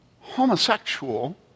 homosexual